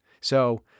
So-